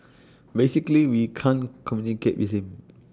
basically we can't communicate with him